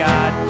God